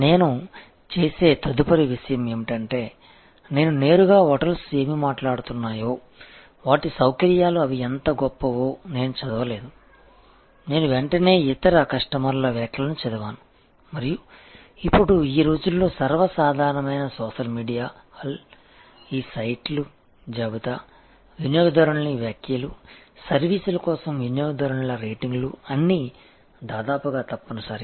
నేను చేసే తదుపరి విషయం ఏమిటంటే నేను నేరుగా హోటల్స్ ఏమి మాట్లాడుతున్నాయో వాటి సౌకర్యాలు అవి ఎంత గొప్పవో నేను చదవలేదు నేను వెంటనే ఇతర కస్టమర్ల వ్యాఖ్యలను చదివాను మరియు ఇప్పుడు ఈ రోజుల్లో సర్వసాధారణమైన సోషల్ మీడియా హాల్ ఈ సైట్లు జాబితా వినియోగదారునిల వ్యాఖ్యలు సర్వీసుల కోసం వినియోగదారునిల రేటింగ్లు అన్నీ దాదాపుగా తప్పనిసరి